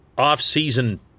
off-season